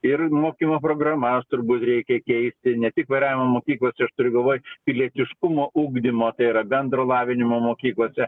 ir mokymo programas turbūt reikia keisti ne tik vairavimo mokyklose aš turiu galvoj pilietiškumo ugdymo tai yra bendro lavinimo mokyklose